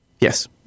Yes